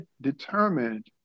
determined